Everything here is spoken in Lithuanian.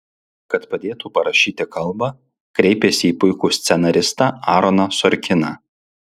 kad padėtų parašyti kalbą kreipėsi į puikų scenaristą aaroną sorkiną